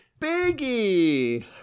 biggie